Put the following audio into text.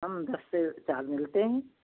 हम दस से चार मिलते हैं